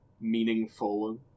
meaningful